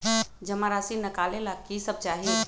जमा राशि नकालेला कि सब चाहि?